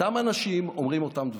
אותם אנשים אומרים אותם דברים.